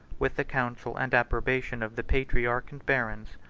with the counsel and approbation of the patriarch and barons,